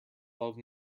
love